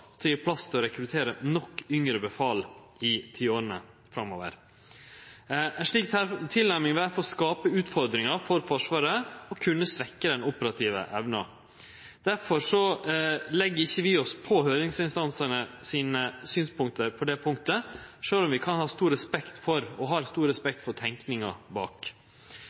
til å gje plass til å rekruttere nok yngre befal i tiåra framover. Ei slik tilnærming ville difor skape utfordringar for Forsvaret og kunne svekkje den operative evna. Difor legg ikkje vi oss på høyringsinstansane sine synspunkt på det punktet, sjølv om vi har stor respekt for